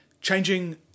changing